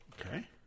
Okay